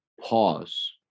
pause